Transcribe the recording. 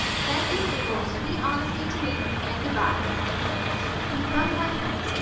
thank you for your sweet honesty to me, and good-bye he wrung my hand,